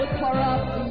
corrupt